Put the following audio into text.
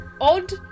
odd